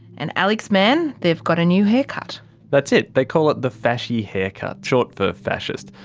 and alex mann they've got a new haircut. that's it! they call it the fashy haircut, short for fascist.